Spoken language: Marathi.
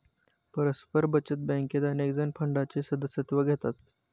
परस्पर बचत बँकेत अनेकजण फंडाचे सदस्यत्व घेतात